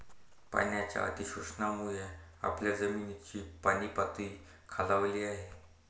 पाण्याच्या अतिशोषणामुळे आपल्या जमिनीची पाणीपातळी खालावली आहे